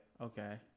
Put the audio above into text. Okay